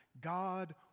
God